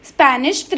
Spanish